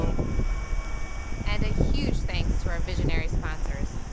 so and a huge thanks to our visionary sponsors,